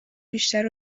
بیشتر